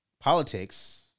Politics